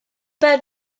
pas